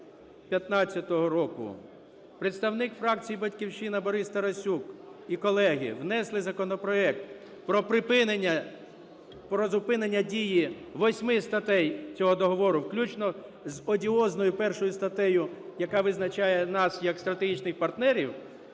2015 року представник фракції "Батьківщина" Борис Тарасюк і колеги внесли законопроект про припинення… про зупинення дії 8 статей цього договору включно з одіозною 1 статтею, яка визначає нас як стратегічних партнерів,